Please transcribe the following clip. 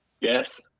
Yes